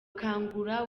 kangura